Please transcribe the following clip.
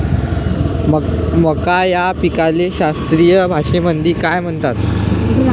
मका या पिकाले शास्त्रीय भाषेमंदी काय म्हणतात?